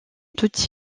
toute